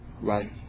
right